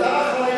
אתה אחראי